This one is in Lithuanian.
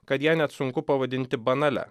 kad ją net sunku pavadinti banalia